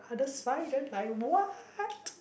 other side then like what